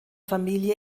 familie